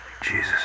Jesus